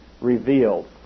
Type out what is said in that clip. revealed